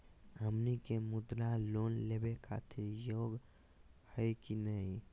हमनी के मुद्रा लोन लेवे खातीर योग्य हई की नही?